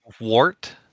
wart